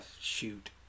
shoot